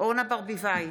אורנה ברביבאי,